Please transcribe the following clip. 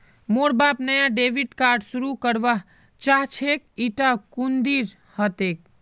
मोर बाप नाया डेबिट कार्ड शुरू करवा चाहछेक इटा कुंदीर हतेक